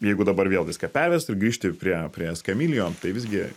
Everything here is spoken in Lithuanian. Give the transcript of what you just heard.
jeigu dabar vėl viską perverst ir grįžti prie prie eskamilijo tai visgi